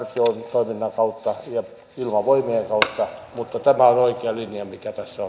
toiminnan kautta ja ilmavoimien kautta mutta tämä on oikea linja mikä tässä